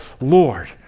Lord